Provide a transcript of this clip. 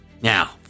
Now